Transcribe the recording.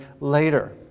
later